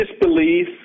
disbelief